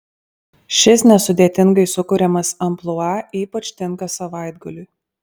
šis nesudėtingai sukuriamas amplua ypač tinka savaitgaliui